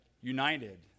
United